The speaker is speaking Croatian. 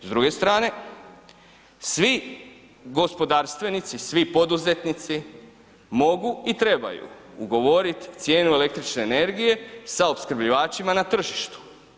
S druge strane svi gospodarstvenici, svi poduzetnici mogu i trebaju ugovorit cijenu električne energije sa opskrbljivačima na tržištu.